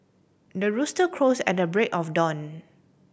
the rooster crows at the break of dawn